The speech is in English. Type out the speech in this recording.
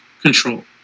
control